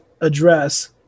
address